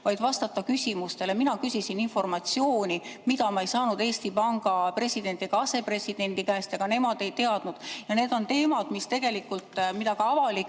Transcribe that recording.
vaid vastata küsimustele. Mina küsisin informatsiooni, mida ma ei saanud Eesti Panga presidendi ega asepresidendi käest, ka nemad ei teadnud. Need on teemad, mida avalikkus väga teravalt